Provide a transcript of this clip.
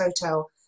Hotel